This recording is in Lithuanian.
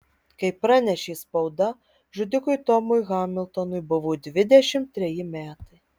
kaip pranešė spauda žudikui tomui hamiltonui buvo dvidešimt treji metai